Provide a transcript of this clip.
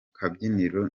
kabyiniro